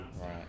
Right